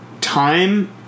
time